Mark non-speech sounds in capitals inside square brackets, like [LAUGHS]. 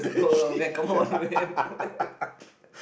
at the sea shore [LAUGHS]